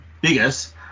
biggest